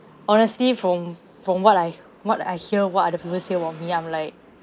honestly from from what I what I hear what other people say about me I'm like